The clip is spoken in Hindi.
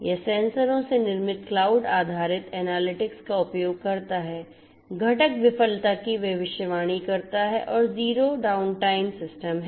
यह सेंसरों में निर्मित क्लाउड आधारित एनालिटिक्स का उपयोग करता है घटक विफलता की भविष्यवाणी करता है और जीरो डाउनटाइम सिस्टम है